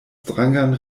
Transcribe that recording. strangan